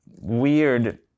weird